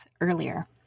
earlier